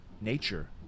nature